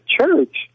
church